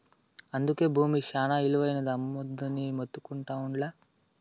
అందుకే బూమి శానా ఇలువైనది, అమ్మొద్దని మొత్తుకుంటా ఉండ్లా